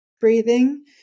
breathing